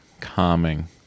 calming